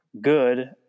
good